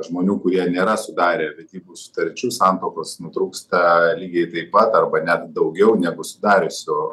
žmonių kurie nėra sudarę vedybų sutarčių santuokos nutrūksta lygiai taip pat arba net daugiau negu sudariusių